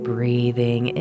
Breathing